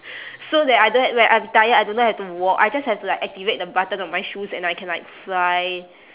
so that I don't ha~ when I'm tired I do not have to walk I just have to like activate the button on my shoes and I can like fly